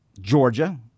Georgia